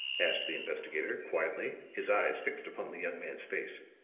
asked the investigator, quietly, his eyes fixed upon the young man's face.